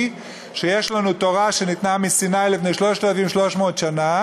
שיש לנו תורה שניתנה בסיני לפני 3,300 שנה,